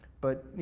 but you